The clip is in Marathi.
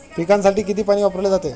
पिकांसाठी किती पाणी वापरले जाते?